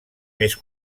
més